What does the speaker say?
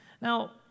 Now